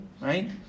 Right